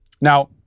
Now